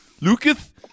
Lucas